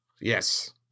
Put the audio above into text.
yes